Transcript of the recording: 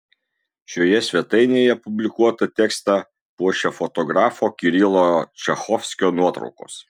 šioje svetainėje publikuotą tekstą puošia fotografo kirilo čachovskio nuotraukos